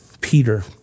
Peter